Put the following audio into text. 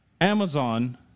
Amazon